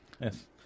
yes